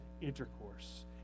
intercourse